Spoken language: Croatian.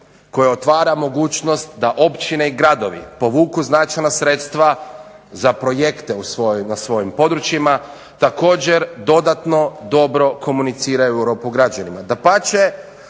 koja otvara mogućnost da općine i gradovi povuku značajna sredstva za projekte na svojim područjima, također dodatno dobro komuniciraju Europu građanima.